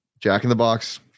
jack-in-the-box